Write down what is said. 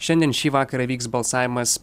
šiandien šį vakarą vyks balsavimas